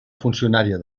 funcionària